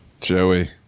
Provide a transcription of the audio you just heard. Joey